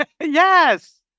Yes